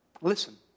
Listen